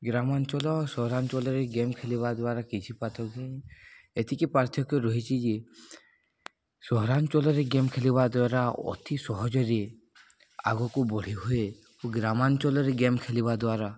ଗ୍ରାମାଞ୍ଚଳ ଓ ସହରାଞ୍ଚଳରେ ଗେମ୍ ଖେଳିବା ଦ୍ୱାରା କିଛି ପାର୍ଥକ୍ୟ ଏତିକି ପାର୍ଥକ୍ୟ ରହିଛି ଯେ ସହରାଞ୍ଚଳରେ ଗେମ୍ ଖେଳିବା ଦ୍ୱାରା ଅତି ସହଜରେ ଆଗକୁ ବଢ଼ି ହୁଏ ଓ ଗ୍ରାମାଞ୍ଚଳରେ ଗେମ୍ ଖେଳିବା ଦ୍ୱାରା